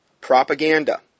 propaganda